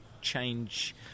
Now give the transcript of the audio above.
Change